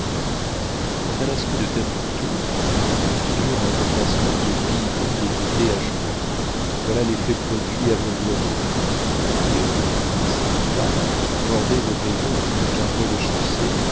quant à l'aspect de tembouctou que l'on se figure un entassement de billes et de dés à jour voilà l'effet produit à vol d'oiseau les rues assez étroites sont bordées de maisons qui n'ont qu'un rez-de-chaussée